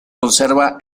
conserva